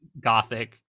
Gothic